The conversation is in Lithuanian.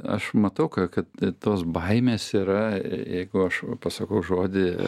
aš matau kad tos baimės yra jeigu aš pasakau žodį